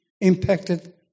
impacted